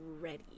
ready